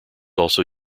also